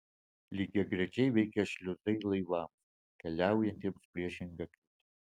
lygiagrečiai veikia šliuzai laivams keliaujantiems priešinga kryptimi